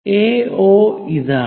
AO ഇതാണ്